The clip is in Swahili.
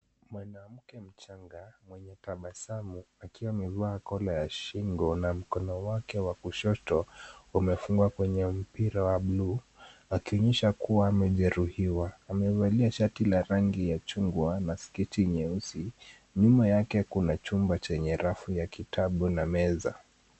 Mwanamke mchanga mwenye tabasamu akiwa amevaa kola ya shingo na mkono wake wa kushoto umefungwa kwenye mpira wa bluu akionyesha kuwa amejeruhiwa. Amevalia shati la rangi ya chungwa na sketi nyeusi, nyuma yake kuna chumba chenye rafu ya kitabu na meza.